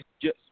Yes